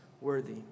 worthy